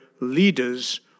leaders